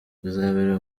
bizabera